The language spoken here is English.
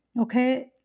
Okay